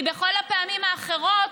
כי בכל הפעמים האחרות,